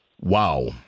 Wow